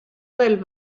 del